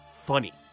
Funny